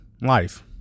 life